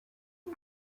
the